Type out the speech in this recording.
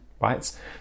right